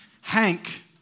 Hank